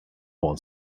wall